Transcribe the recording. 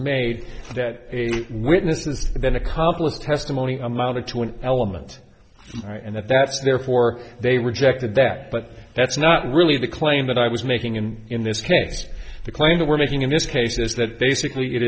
made that a witness has been accomplished testimony amounted to an element right and that that therefore they rejected that but that's not really the claim that i was making and in this case the claim that we're making in this case is that basically it